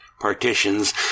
partitions